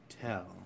tell